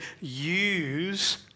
use